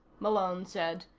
malone said,